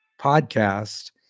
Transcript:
podcast